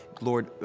Lord